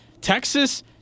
Texas